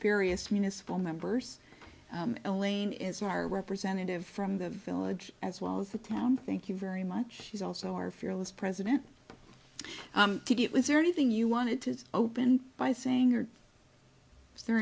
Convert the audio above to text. various municipal members elena is our representative from the village as well as the town thank you very much she's also our fearless president was there anything you wanted to open by saying or was there